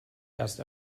erst